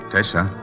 Tessa